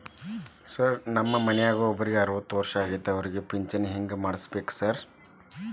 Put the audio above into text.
ನಮ್ ಮನ್ಯಾಗ ಒಬ್ರಿಗೆ ಅರವತ್ತ ವರ್ಷ ಆಗ್ಯಾದ ಅವ್ರಿಗೆ ಪಿಂಚಿಣಿ ಹೆಂಗ್ ಮಾಡ್ಸಬೇಕ್ರಿ ಸಾರ್?